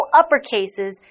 uppercases